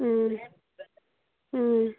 ꯎꯝ ꯎꯝ